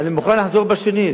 אני מוכן לחזור שנית.